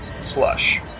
Slush